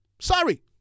Sorry